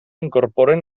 incorporen